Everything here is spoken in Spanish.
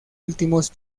últimos